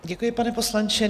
Děkuji, pane poslanče.